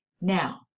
Now